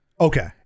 Okay